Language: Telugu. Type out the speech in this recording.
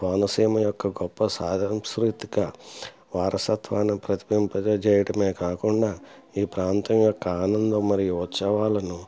కోనసీమ యొక్క గొప్ప సంసృతిక వారసత్వాన్ని ప్రతిబింబింప చేయడమే కాకుండా ఈ ప్రాంతం యొక్క ఆనందము మరియు ఉత్సవాలను